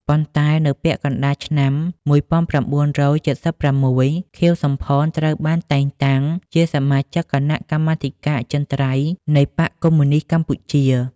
ប៉ុន្តែនៅពាក់កណ្តាលឆ្នាំ ១៩៧៦ ខៀវ សំផន ត្រូវបានតែងតាំងជាសមាជិកគណៈកម្មាធិការអចិន្រ្តៃយ៍នៃបក្សកុម្មុយនីស្តកម្ពុជា។